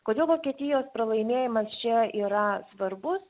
kodėl vokietijos pralaimėjimas čia yra svarbus